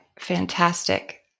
Fantastic